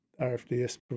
RFDS